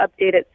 updated